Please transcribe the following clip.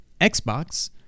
xbox